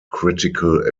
critical